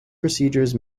procedures